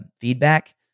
feedback